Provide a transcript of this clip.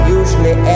usually